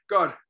God